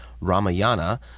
Ramayana